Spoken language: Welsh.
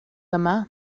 yma